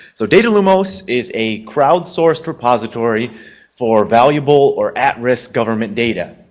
so data lumos is a crowd-sourced repository for valuable or at-risk government data.